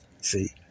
See